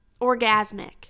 orgasmic